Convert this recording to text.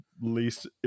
least